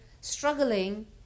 struggling